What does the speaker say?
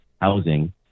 housing